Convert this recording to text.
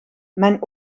mijn